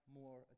more